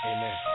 Amen